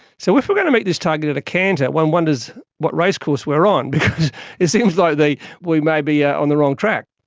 so if we're going to meet this target at a canter, one wonders what racecourse we're on because it seems like likely we may be yeah on the wrong track.